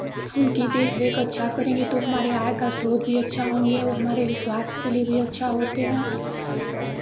उनकी देख रेख अच्छा करेंगे तो हमारे यहां आय का स्रोत भी अच्छा होंगे और हमारे स्वास्थ्य के लिये भी अच्छा होते हैं